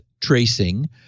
tracing